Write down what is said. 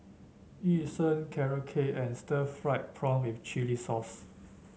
Yu Sheng Carrot Cake and Stir Fried Prawn with Chili Sauce